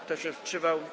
Kto się wstrzymał?